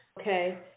okay